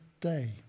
day